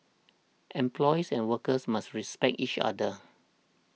employers and workers must respect each other